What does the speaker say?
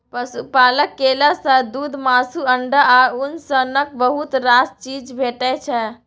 पशुपालन केला सँ दुध, मासु, अंडा आ उन सनक बहुत रास चीज भेटै छै